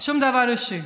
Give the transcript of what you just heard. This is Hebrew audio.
שום דבר אישי.